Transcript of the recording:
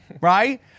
right